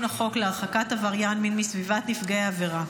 החוק להרחקת עבריין מין מסביבת נפגעי העבירה.